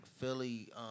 Philly